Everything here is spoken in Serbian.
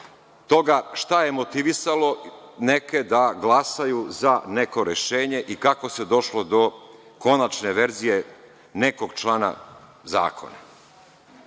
toga šta je motivisalo neke da glasaju za neko rešenje i kako se došlo do konačne verzije nekog člana zakona. Kada